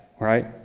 Right